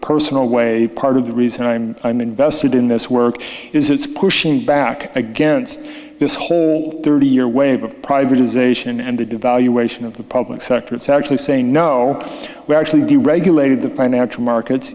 personal way part of the reason i'm invested in this work is it's pushing back against this whole thirty year wave of privatization and the devaluation of the public sector it's actually saying no we're actually deregulated the financial markets